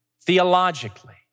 theologically